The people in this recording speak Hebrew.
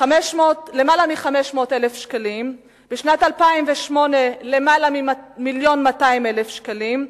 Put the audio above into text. למעלה מ-500,000 שקלים ובשנת 2008 למעלה מ-1.2 מיליון שקלים.